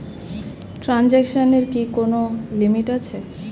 ট্রানজেকশনের কি কোন লিমিট আছে?